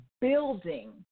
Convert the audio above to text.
building